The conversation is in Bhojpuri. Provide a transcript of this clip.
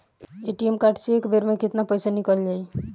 ए.टी.एम कार्ड से एक बेर मे केतना पईसा निकल जाई?